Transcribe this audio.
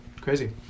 Crazy